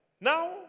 Now